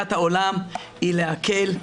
ראיית העולם היא להקל,